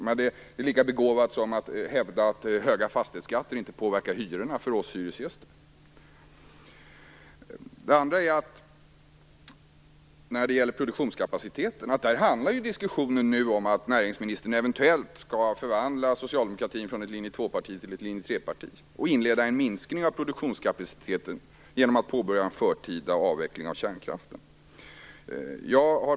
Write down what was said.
Men det vore lika begåvat som att hävda att höga fastighetsskatter inte påverkar hyrorna för oss hyresgäster. När det gäller produktionskapaciteten handlar diskussionen nu om att näringsministern eventuellt skall förvandla socialdemokratin från ett Linje 2-parti till ett Linje 3-parti och inleda en minskning av produktionskapaciteten genom att påbörja en förtida avveckling av kärnkraften.